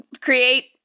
create